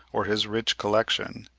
or his rich collection.